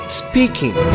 speaking